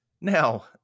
Now